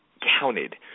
counted